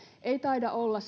ei siis taida olla